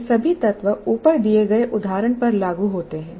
ये सभी तत्व ऊपर दिए गए उदाहरण पर लागू होते हैं